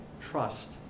trust